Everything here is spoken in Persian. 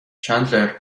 چندلر